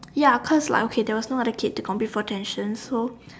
ya cause like okay there was no other kid to compete for attention so